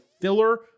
filler